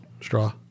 straw